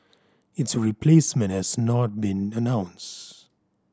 its replacement has not been announced